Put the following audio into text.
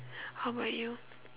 how about you